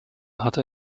hatte